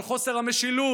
על חוסר המשילות,